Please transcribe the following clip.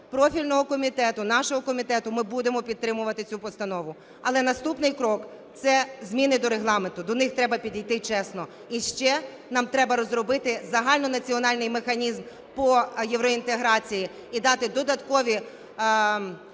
профільного комітету, нашого комітету, ми будемо підтримувати цю постанову. Але наступний крок – це зміни до Регламенту, до них треба підійти чесно. І ще нам треба розробити загальнонаціональний механізм по євроінтеграції і дати додаткові